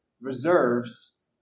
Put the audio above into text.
Reserves